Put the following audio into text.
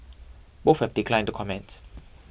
both have declined to comment